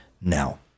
Now